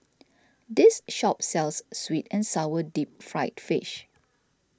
this shop sells Sweet and Sour Deep Fried Fish